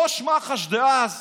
ראש מח"ש דאז